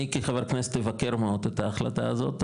אני כחבר כנסת אבקר מאוד את ההחלטה הזאת,